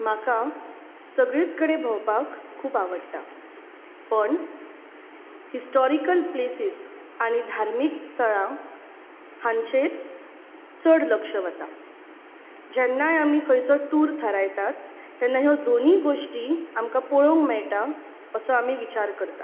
म्हाका सगळींच कडेन भोंवपाक खूब आवडटा पूण हिस्टोरिकल प्लेसीस आनी धार्मीक थळां हांचेर चड लक्ष वता जेन्नाय आमी खंयचोय टूर थारायतात तेन्ना ह्यो दोनूय गोष्टी आमकां पळोंवंक मेळटा असो आमी विचार करतात